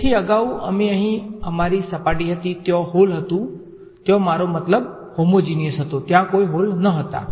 તેથી અગાઉ અમે અહીં અમારી સપાટી હતી ત્યાં હોલ હતું ત્યાં મારો મતલબ હોમેજીનાયસ હતો ત્યાં કોઈ હોલ ન હતા